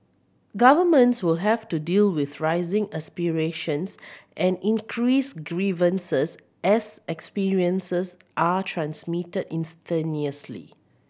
governments will have to deal with rising aspirations and increased grievances as experiences are transmitted